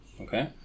Okay